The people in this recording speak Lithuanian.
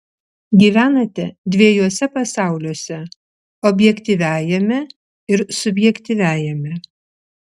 gyvenate dviejuose pasauliuose objektyviajame ir subjektyviajame